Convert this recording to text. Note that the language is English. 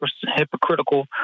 hypocritical